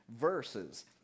verses